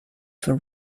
for